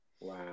Wow